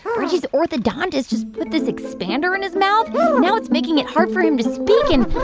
reggie's orthodontist just put this expander in his mouth now it's making it hard for him to speak, and